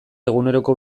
eguneroko